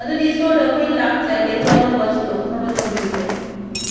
ꯑꯗꯨꯗꯤ ꯁ꯭ꯇꯣꯔꯗ ꯑꯩꯈꯣꯏ ꯂꯥꯛꯆꯒꯦ ꯑꯗꯨꯒ ꯑꯅꯧꯕ ꯁꯤꯟꯗꯣꯛꯅꯕ ꯇꯧꯕꯤꯌꯨꯀꯣ